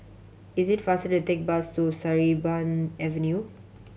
it is faster to take bus to Sarimbun Avenue